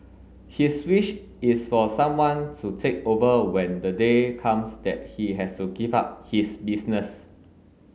his wish is for someone to take over when the day comes that he has to give up his business